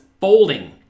folding